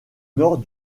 nord